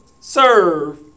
Serve